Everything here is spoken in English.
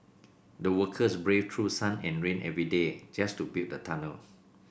the workers braved through sun and rain every day just to build the tunnel